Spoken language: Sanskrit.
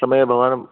समयं भवान्